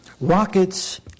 Rockets